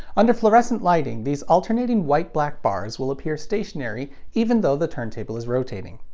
under fluorescent lighting, these alternating white-black bars will appear stationary even though the turntable is rotating.